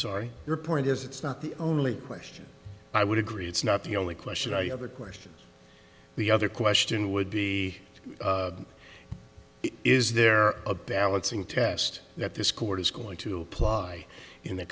sorry your point is it's not the only question i would agree it's not the only question i have a question the other question would be is there a balancing test that this court is going to apply in the